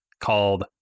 called